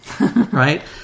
right